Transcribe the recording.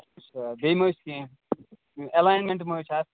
اَچھا بیٚیہِ مہٕ حظ چھُ یہِ کیٚنٛہہ ایلایِنمٮ۪نٛٹ ما چھِ اَتھ